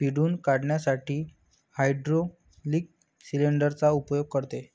पिळून काढण्यासाठी hydraulic cylinder चा उपयोग करते